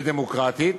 ודמוקרטית